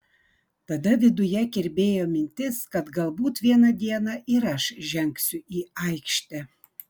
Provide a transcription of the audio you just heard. tada viduje kirbėjo mintis kad galbūt vieną dieną ir aš žengsiu į aikštę